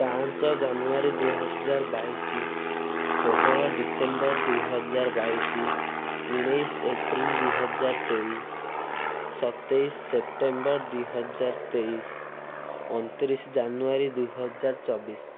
ପାଞ୍ଚ ଜାନୁଆରୀ ଦୁଇହଜାରବାଇଶି ଷୋହଳ ଡିସେମ୍ବର ଦୁଇହଜାରବାଇଶି ଉଣେଇଶ ଏପ୍ରିଲ ଦୁଇହଜାରତେଇଶି ସତେଇଶି ସେପ୍ଟେମ୍ବର ଦୁଇହଜାରତେଇଶି ଅଣତିରିଶି ଜାନୁଆରୀ ଦୁଇହଜାରଚବିଶି